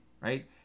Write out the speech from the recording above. right